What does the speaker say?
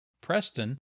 Preston